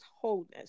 wholeness